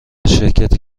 شرکتی